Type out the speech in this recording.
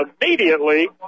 immediately